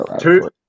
two